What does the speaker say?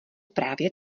právě